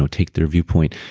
take their viewpoint.